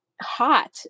hot